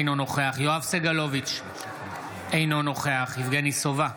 אינו נוכח יואב סגלוביץ' אינו נוכח יבגני סובה,